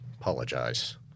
apologize